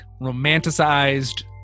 romanticized